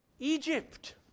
Egypt